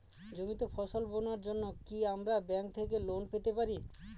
জমিতে ফসল বোনার জন্য কি আমরা ব্যঙ্ক থেকে লোন পেতে পারি?